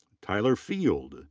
tyler field.